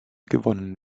gewonnen